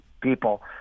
people